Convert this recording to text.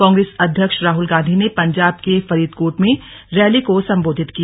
कांग्रेस अध्यक्ष राहल गांधी पंजाब के फरीदकोट में रैली को संबोधित किया